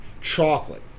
Chocolate